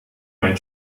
mein